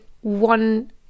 one